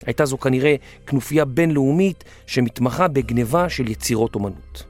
הייתה זו כנראה כנופיה בינלאומית שמתמחה בגניבה של יצירות אומנות.